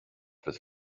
with